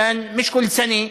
יותר בערבית דיברת מעברית.